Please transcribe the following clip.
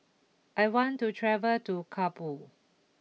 I want to travel to Kabul